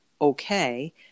okay